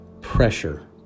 pressure